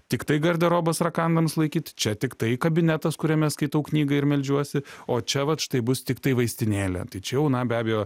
tiktai garderobas rakandams laikyti čia tiktai kabinetas kuriame skaitau knygą ir meldžiuosi o čia vat štai bus tiktai vaistinėlė tai čia jau na be abejo